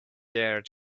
dare